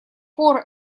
пор